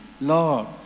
lord